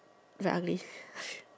like unleashed